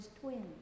twin